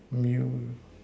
you